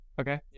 Okay